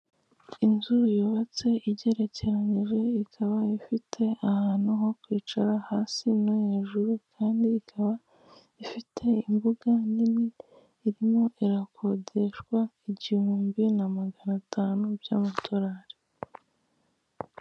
Inzu yubatse igerekeranyije, ikaba ifite ahantu ho kwicara hasi no hejuru. Ikaba ifite imbuga nini, irimo irakodeshwa igihumbi na magana atanu by'amadolari.